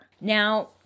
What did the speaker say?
Now